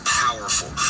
powerful